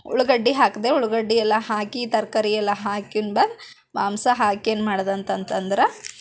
ಉಳ್ಳಾಗಡ್ಡಿ ಹಾಕಿದೆ ಉಳ್ಳಾಗಡ್ಡಿ ಎಲ್ಲ ಹಾಕಿ ತರಕಾರಿ ಎಲ್ಲ ಹಾಕಿ ಬಂದು ಮಾಂಸ ಹಾಕಿ ಏನು ಮಾಡಿದೆ ಅಂತಂತಂದ್ರೆ